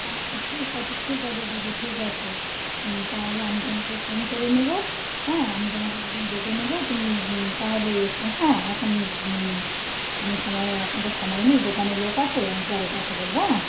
আচ্ছা ঠিক আছে ঠিক আছে দিদি ঠিক আছে তাহলে আমি তোমাকে ফোন করে নেবো হ্যাঁ আমি তোমাকে এক দিন ডেকে নেবো তুমি তাহলে এসো হ্যাঁ এখন আমি সময় এখন তো সময় নেই দোকানে লোক আছে আমি পরে কথা বলবো অ্যাঁ